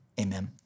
Amen